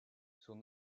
son